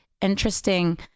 interesting